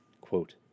Quote